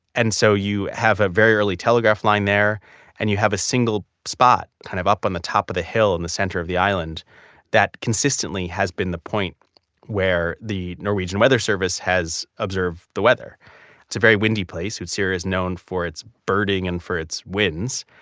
and so you have a very early telegraph line there and you have a single spot kind of up on the top of the hill in the center of the island that consistently has been the point where the norwegian weather service has observed the weather it's a very windy place. utsira is known for its birding and for its winds.